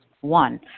One